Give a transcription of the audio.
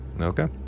Okay